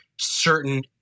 Certain